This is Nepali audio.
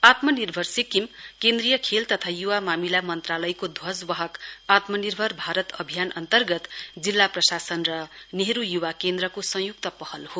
आत्मनिर्भर सिक्किम केन्द्रीय खेल तथा युवा मामिला मन्त्रालयको ध्वजवाहक आत्मनिर्भर भारत कार्यक्रम अन्तर्गत जिल्ला प्रशासन र नेहरु युवा केन्द्रको संयुक्त पहल हो